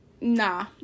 nah